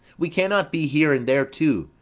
we cannot be here and there too.